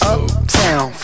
Uptown